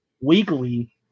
weekly